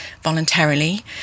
voluntarily